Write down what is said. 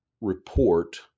report